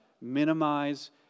Minimize